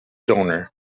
donor